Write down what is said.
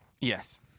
Yes